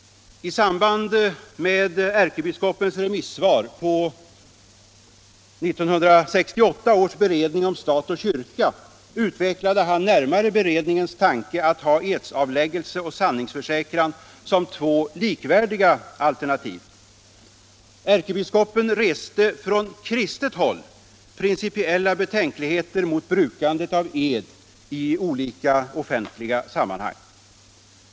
I samband med ärkebiskopens remissvar på 1968 års beredning om stat och kyrka utvecklade han närmare beredningens tanke att ha edsavläggelse och sanningsförsäkran som två likvärdiga alternativ. Ärkebiskopen reste från kristet håll principiella betänkligheter mot brukandet av ed i olika offentliga sammanhang.